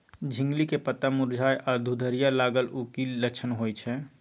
झिंगली के पत्ता मुरझाय आ घुघरीया लागल उ कि लक्षण होय छै?